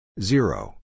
Zero